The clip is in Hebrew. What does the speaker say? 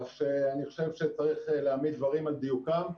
כך שאני חושב שצריך להעמיד דברים על דיוקם.